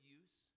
use